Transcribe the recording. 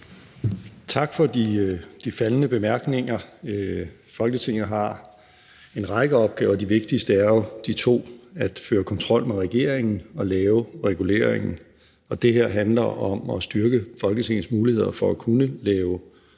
Tak for de faldne bemærkninger. Folketinget har en række opgaver, og de vigtigste er jo de to at føre kontrol med regeringen og lave reguleringen. Og det her handler om at styrke Folketingets muligheder for at kunne